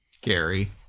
Gary